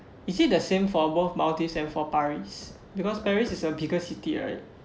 is it the same for both maldives and for paris because paris is a bigger city right